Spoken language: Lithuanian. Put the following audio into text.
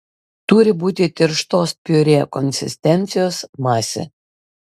turi būti tirštos piurė konsistencijos masė